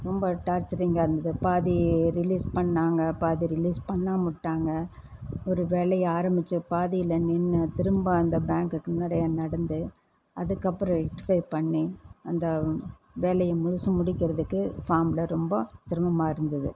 ரொம்ப டார்ச்சரிங்காக இருந்தது பாதி ரிலீஸ் பண்ணாங்க பாதி ரிலீஸ் பண்ணாமல் விட்டாங்க ஒரு வேலையை ஆரமிச்சு பாதியில் நின்று திரும்ப அந்த பேங்குக்கு நடையாக நடந்து அதுக்கப்புறம் ரெக்டிஃபை பண்ணி அந்த வேலையை முழுசாக முடிக்கிறதுக்கு ஃபார்மலாக ரொம்ப சிரமமாக இருந்தது